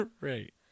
right